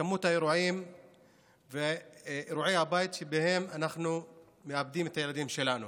כמות האירועים ואירועי הבית שבהם אנחנו מאבדים את הילדים שלנו.